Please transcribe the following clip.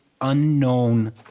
unknown